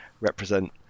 represent